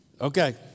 Okay